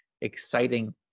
exciting